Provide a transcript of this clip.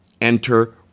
Enter